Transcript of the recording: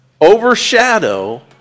overshadow